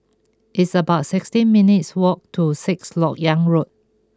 it's about sixteen minutes' walk to Sixth Lok Yang Road